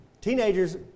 Teenagers